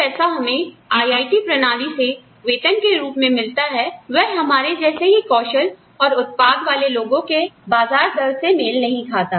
जो पैसा हमें IIT प्रणाली से वेतन के रूप में मिलता है वह हमारे जैसे ही कौशल और उत्पाद वाले लोगो के बाजार दर से मेल नहीं खाता